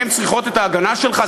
הן צריכות את ההגנה שלך?